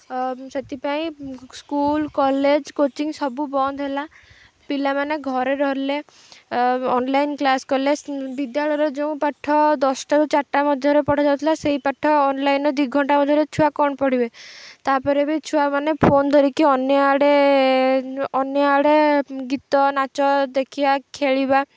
ସେଥିପାଇଁ school college coaching ସବୁ ବନ୍ଦ ହେଲା ପିଲାମାନେ ଘରେ ରହିଲେ ଅନଲାଇନ୍ କ୍ଲାସ୍ କଲେ ବିଦ୍ୟାଳୟର ଯେଉଁ ପାଠ ଦଶଟାରୁ ଚାରିଟା ମଧ୍ୟରେ ପଢାଯାଉଥିଲା ସେଇ ପାଠ ଅନଲାଇନ୍ ଦି ଘଣ୍ଟା ମଧ୍ୟରେ ଛୁଆ କ'ଣ ପଢ଼ିବେ ତାପରେ ବି ଛୁଆମାନେ ଫୋନ୍ ଧରିକି ଅନ୍ୟ ଆଡ଼େ ଅନ୍ୟ ଆଡ଼େ ଗୀତ ନାଚ ଦେଖିବା ଖେଳିବା